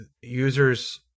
users